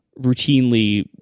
routinely